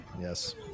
Yes